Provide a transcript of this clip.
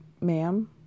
ma'am